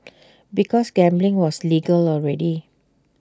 because gambling was legal already